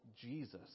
Jesus